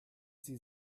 sie